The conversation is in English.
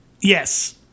Yes